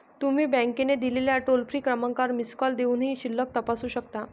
तुम्ही बँकेने दिलेल्या टोल फ्री क्रमांकावर मिस कॉल देऊनही शिल्लक तपासू शकता